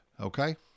Okay